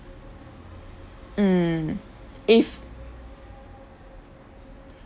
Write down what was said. mm if